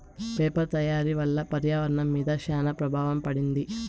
paper తయారీ వల్ల పర్యావరణం మీద శ్యాన ప్రభావం పడింది